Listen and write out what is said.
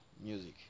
music